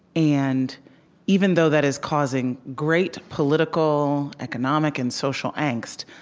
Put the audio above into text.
and even though that is causing great political, economic, and social angst,